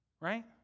right